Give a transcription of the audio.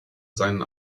seinen